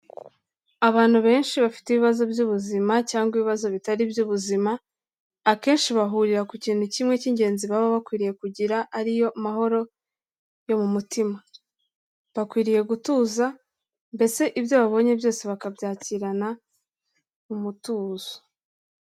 Abantu benshi bafite ibibazo by'ubuzima cyangwa ibibazo bitari iby'ubuzima, akenshi bahurira ku kintu kimwe cy'ingenzi baba bakwiriye kugira ari yo mahoro yo mu mutima, bakwiriye gutuza mbese ibyo babonye byose bakabyakirana umutuzo.